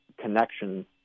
connection